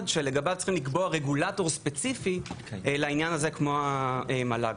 שלגביו צריך לקבוע רגולטור ספציפי לעניין הזה כמו המל"ג.